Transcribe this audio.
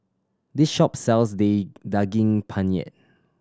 this shop sells day Daging Penyet